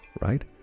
right